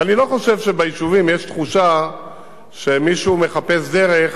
ואני לא חושב שביישובים יש תחושה שמישהו מחפש דרך